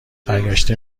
برگشته